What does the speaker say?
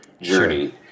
journey